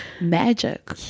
Magic